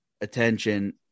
attention